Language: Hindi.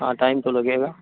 हाँ टाइम तो लगेगा